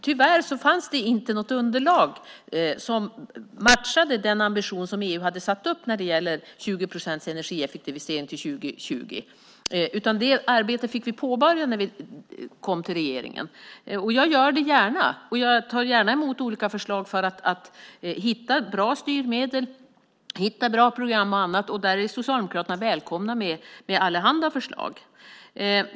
Tyvärr fanns inte något underlag som matchade den ambition som EU hade satt upp om 20 procents energieffektivisering till 2020, utan det arbetet fick vi påbörja när vi kom i regeringsställning. Jag gör det gärna och tar också gärna emot förslag för att hitta bra styrmedel, bra program och annat. Där är Socialdemokraterna välkomna att komma med allehanda förslag.